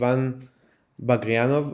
איוון בגריאנוב,